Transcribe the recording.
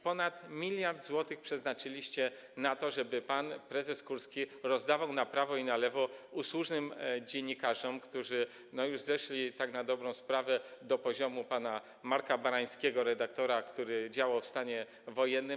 Ponad 1 mld zł przeznaczyliście na to, żeby pan prezes Kurski rozdawał na prawo i na lewo usłużnym dziennikarzom, którzy już zeszli tak na dobrą sprawę do poziomu pana Marka Barańskiego, redaktora, który działał w stanie wojennym.